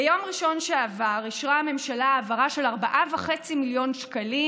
ביום ראשון שעבר אישרה הממשלה העברה של 4.5 מיליון שקלים